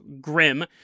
grim